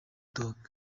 dogg